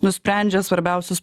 nusprendžia svarbiausius